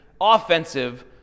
offensive